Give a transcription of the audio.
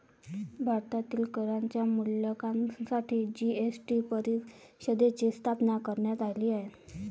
भारतातील करांच्या मूल्यांकनासाठी जी.एस.टी परिषदेची स्थापना करण्यात आली आहे